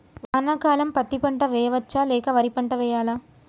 వానాకాలం పత్తి పంట వేయవచ్చ లేక వరి పంట వేయాలా?